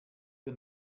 wir